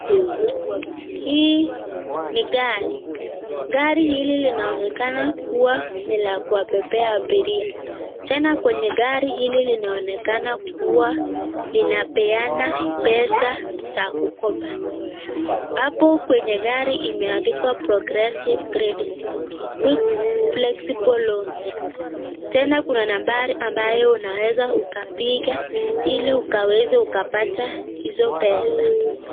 Hii ni gari, gari hili linaonekana kuwa ni la kuwabebea abiria, tena kwenye gari hili linaonekana kuwa linapeana pesa za kukopa, hapo kwenye gari imeandikwa progressive credit, quick flexible loans .Tena kuna nambari ambayo unaweza ukapiga ili ukaweze ukapata hizo pesa.